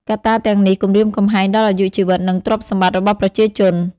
កត្តាទាំងនេះគំរាមកំហែងដល់អាយុជីវិត និងទ្រព្យសម្បត្តិរបស់ប្រជាជន។